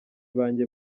banjye